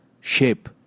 shape